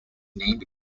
named